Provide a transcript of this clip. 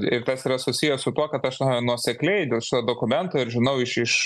ir tas yra susijęs su tuo kad aš na nuosekliai dėl šio dokumento ir žinau iš iš